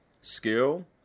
skill